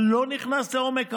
אני לא נכנס לעומק העוני.